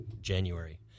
January